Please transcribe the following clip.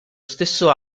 stesso